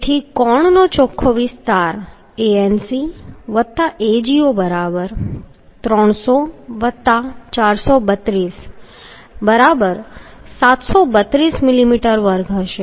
તેથી કોણનો ચોખ્ખો વિસ્તાર Anc વત્તા Ago બરાબર 300 432 બરાબર 732 મિલીમીટર વર્ગ હશે